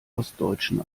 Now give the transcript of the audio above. ostdeutschen